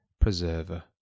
preserver